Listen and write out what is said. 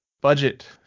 Budget